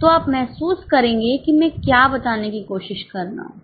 तो आप महसूस करेंगे कि मैं क्या बताने की कोशिश कर रहा हूं